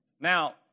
Now